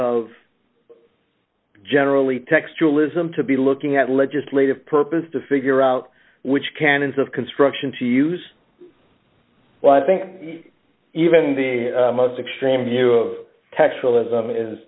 of generally textual ism to be looking at legislative purpose to figure out which canons of construction to use well i think even the most extreme view of